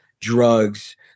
drugs